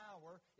power